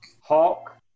hawk